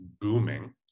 booming